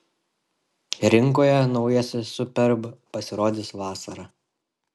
rinkoje naujasis superb pasirodys vasarą